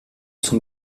son